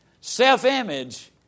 self-image